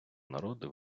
народу